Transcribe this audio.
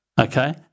okay